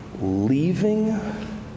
leaving